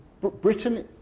Britain